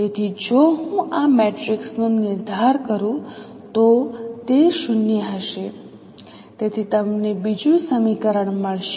તેથી જો હું આ મેટ્રિક્સ નો નિર્ધાર કરું તો તે 0 હશે તેથી તમને બીજું સમીકરણ મળશે